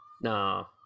No